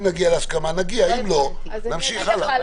אם נגיע להסכמה, נגיע, אם לא, נמשיך הלאה.